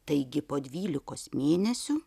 taigi po dvylikos mėnesių